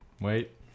Wait